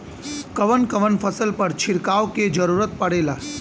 कवन कवन फसल पर छिड़काव के जरूरत पड़ेला?